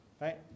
right